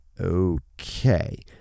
okay